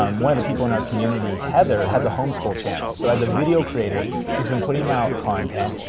um one of the people in our community, heather, has a homeschool channel, so as a video creator, she's been putting out content,